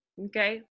okay